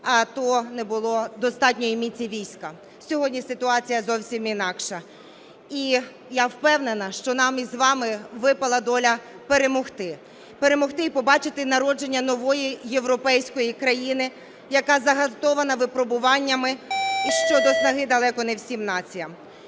а то не було достатньої міці війська. Сьогодні ситуація зовсім інакша. І, я впевнена, що нам із вами випала доля перемогти. Перемогти і побачити народження нової європейської країни, яка загартована випробуваннями, і щодо снаги далеко не всім націям.